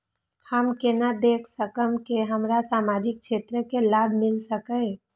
हम केना देख सकब के हमरा सामाजिक क्षेत्र के लाभ मिल सकैये?